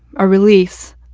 a release,